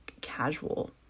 casual